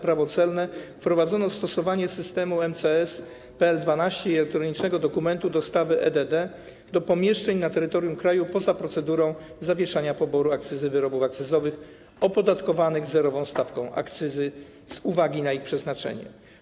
Prawo celne wprowadzono stosowanie systemu EMCS PL2 i elektronicznego dokumentu dostawy eDD do pomieszczeń na terytorium kraju poza procedurą zawieszania poboru akcyzy od wyrobów akcyzowych opodatkowanych zerową stawką akcyzy z uwagi na ich przeznaczenie.